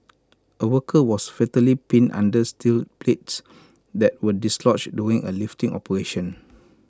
A worker was fatally pinned under steel plates that were dislodged during A lifting operation